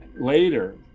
later